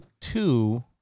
two